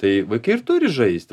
tai vaikai ir turi žaist